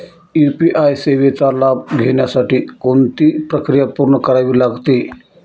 UPI सेवेचा लाभ घेण्यासाठी कोणती प्रक्रिया पूर्ण करावी लागते?